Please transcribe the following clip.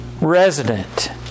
resident